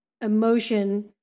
emotion